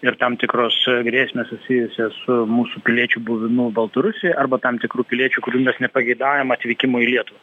ir tam tikros grėsmės susijusios su mūsų piliečių buvimu baltarusijoj arba tam tikrų piliečių kurių mes nepageidaujam atvykimo į lietuvą